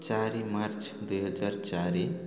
ଚାରି ମାର୍ଚ୍ଚ ଦୁଇହଜାର ଚାରି